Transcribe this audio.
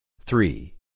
Three